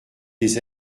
des